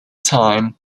time